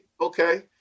okay